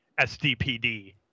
SDPD